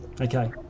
okay